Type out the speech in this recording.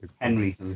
Henry